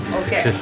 okay